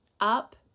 up